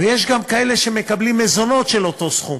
ויש גם כאלה שמקבלות מזונות באותו סכום,